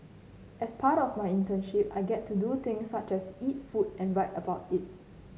as part of my internship I get to do things such as eat food and write about it